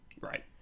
Right